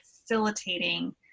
facilitating